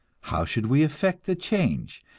how should we effect the change,